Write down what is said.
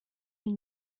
may